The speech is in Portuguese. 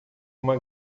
uma